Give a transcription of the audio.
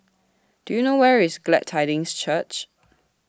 Do YOU know Where IS Glad Tidings Church